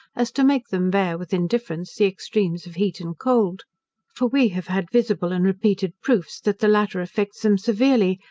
as to make them bear with indifference the extremes of heat and cold for we have had visible and repeated proofs, that the latter affects them severely,